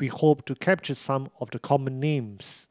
we hope to capture some of the common names